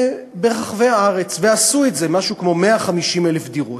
וברחבי הארץ, ועשו את זה, משהו כמו 150,000 דירות.